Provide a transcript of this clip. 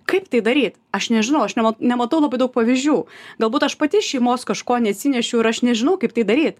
kaip tai daryt aš nežinau aš nematau labai daug pavyzdžių galbūt aš pati iš šeimos kažko neatsinešiau ir aš nežinau kaip tai daryt